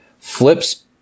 Flips